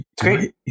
Great